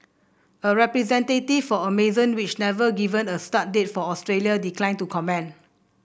a representative for Amazon which never given a start date for Australia declined to comment